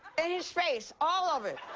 in his face, all of it.